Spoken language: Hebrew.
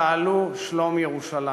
"שאלו שלום ירושלם".